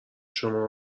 شما